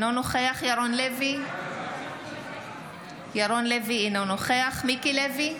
נוכח ירון לוי, אינו נוכח מיקי לוי,